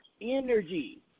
energy